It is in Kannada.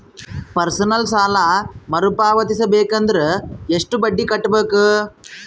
ಪರ್ಸನಲ್ ಸಾಲ ಮರು ಪಾವತಿಸಬೇಕಂದರ ಎಷ್ಟ ಬಡ್ಡಿ ಕಟ್ಟಬೇಕು?